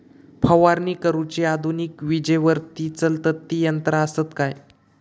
फवारणी करुची आधुनिक विजेवरती चलतत ती यंत्रा आसत काय?